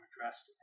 addressed